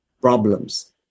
problems